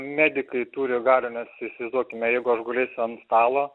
medikai turi galių nes įsivaizduokime jeigu aš gulėsiu ant stalo